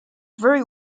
very